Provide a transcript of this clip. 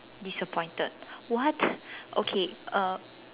disappointed what okay uh